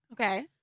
Okay